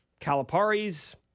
Calipari's